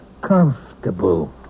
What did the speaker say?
comfortable